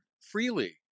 freely